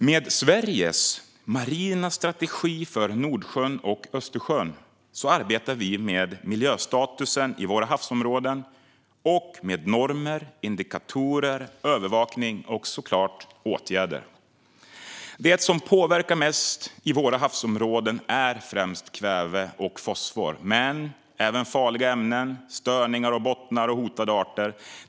Med Sveriges marina strategi för Nordsjön och Östersjön arbetar vi med miljöstatusen i våra havsområden och med normer, indikatorer, övervakning och såklart åtgärder. Det som påverkar mest i våra havsområden är främst kväve och fosfor men även farliga ämnen, störningar av bottnar och hotade arter.